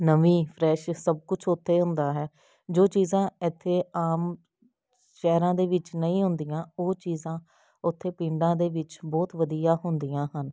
ਨਵੀਂ ਫਰੈਸ਼ ਸਭ ਕੁਝ ਉੱਥੇ ਹੁੰਦਾ ਹੈ ਜੋ ਚੀਜ਼ਾਂ ਇੱਥੇ ਆਮ ਸ਼ਹਿਰਾਂ ਦੇ ਵਿੱਚ ਨਹੀਂ ਹੁੰਦੀਆਂ ਉਹ ਚੀਜ਼ਾਂ ਉੱਥੇ ਪਿੰਡਾਂ ਦੇ ਵਿੱਚ ਬਹੁਤ ਵਧੀਆ ਹੁੰਦੀਆਂ ਹਨ